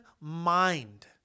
mind